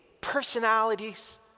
personalities